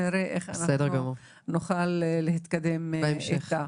ונראה איך נוכל להתקדם איתה.